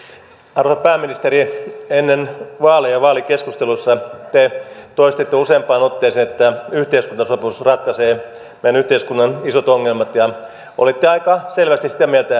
arvon pääministeri ennen vaaleja vaalikeskusteluissa te toistitte useampaan otteeseen että yhteiskuntasopimus ratkaisee meidän yhteiskuntamme isot ongelmat olitte aika selvästi sitä mieltä